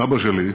סבא שלי,